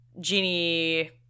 genie